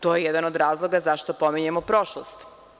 To je jedan od razloga zašto pominjemo prošlost.